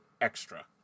extra